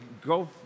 go